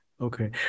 Okay